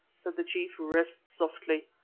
said the chief. rest softly,